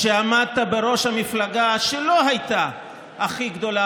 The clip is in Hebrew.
כשעמדת בראש המפלגה שלא הייתה הכי גדולה